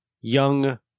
young